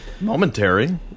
Momentary